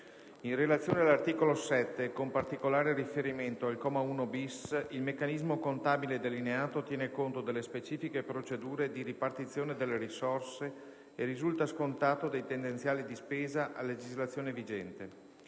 in relazione all'articolo 7, con particolare riferimento al comma 1-*bis*, il meccanismo contabile delineato tiene conto delle specifiche procedure di ripartizione delle risorse e risulta scontato nei tendenziali di spesa a legislazione vigente;